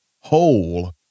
whole